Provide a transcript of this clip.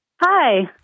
Hi